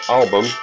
album